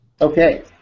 Okay